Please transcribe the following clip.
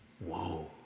whoa